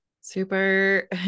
Super